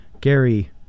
Gary